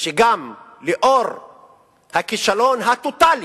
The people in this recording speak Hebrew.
שגם לאור הכישלון הטוטלי